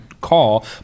call